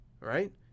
right